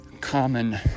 common